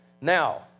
Now